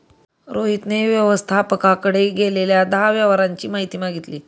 रोहितने व्यवस्थापकाकडे गेल्या दहा व्यवहारांची माहिती मागितली